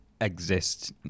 exist